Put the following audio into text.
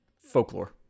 Folklore